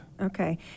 okay